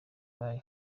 abayo